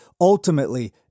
ultimately